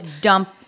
dump